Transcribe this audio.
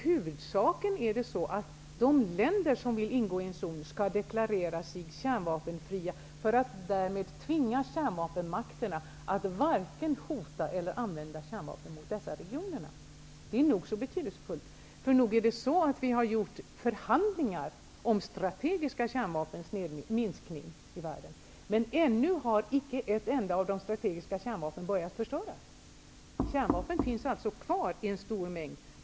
Huvudsakligen är det så att de länder som vill ingå i en zon skall deklarera sig kärnvapenfria för att därmed tvinga kärnvapenmakterna att inte vare sig hota eller använda kärnvapen mot dessa regioner. Det är nog så betydelsefullt. För visst har vi förhandlat om en minskning av de strategiska kärnvapnen i världen, men ännu har inte ett enda av de strategiska kärnvapnen börjat förstöras. Kärnvapen finns alltså kvar i stor mängd.